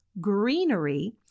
greenery